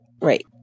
Right